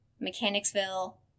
Mechanicsville